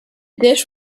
dish